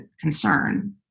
concern